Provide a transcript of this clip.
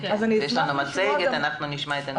יש לנו מצגת, אנחנו נשמע את הנתונים.